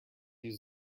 use